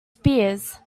spears